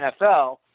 nfl